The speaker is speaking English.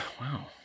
wow